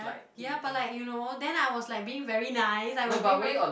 ya but like you know then I was like being very nice I was being very